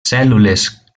cèl·lules